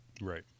Right